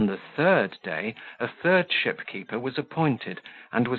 on the third day a third ship-keeper was appointed,